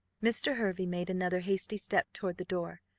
mr. hervey made another hasty step toward the door,